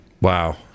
Wow